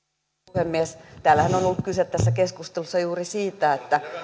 puhemies täällähän on ollut kyse tässä keskustelussa juuri siitä että